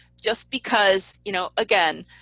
just because, you know again,